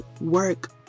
work